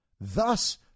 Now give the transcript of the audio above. Thus